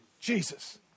Jesus